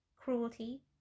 Cruelty